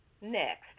Next